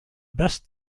best